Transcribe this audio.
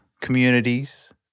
communities